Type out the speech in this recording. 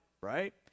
right